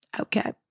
Okay